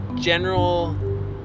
general